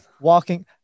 walking